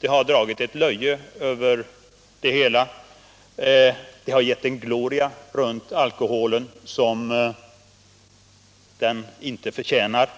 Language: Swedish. Det har dragit ett löje över det hela, givit en gloria åt alkoholen som den inte förtjänar.